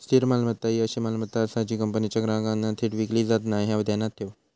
स्थिर मालमत्ता ही अशी मालमत्ता आसा जी कंपनीच्या ग्राहकांना थेट विकली जात नाय, ह्या ध्यानात ठेव